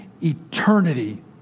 eternity